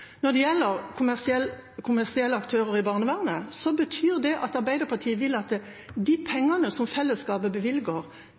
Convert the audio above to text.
Når det gjelder kommersielle aktører i barnevernet, betyr det at Arbeiderpartiet vil at de